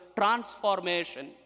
transformation